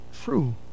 true